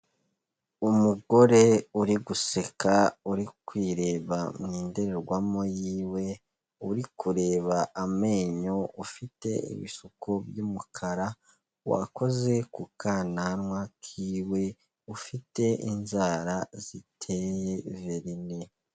Umugore uri guseka, uri kwireba mu ndorerwamo yiwe, uri kureba amenyo, ufite ibisuko by'umukara, wakoze ku kananwa kiwe, ufite inzara ziteye verine.